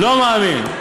לא מאמין.